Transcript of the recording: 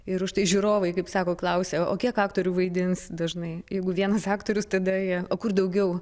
ir už tai žiūrovai kaip sako klausia o kiek aktorių vaidins dažnai jeigu vienas aktorius tada jie o kur daugiau